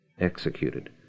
executed